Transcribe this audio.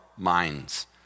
Minds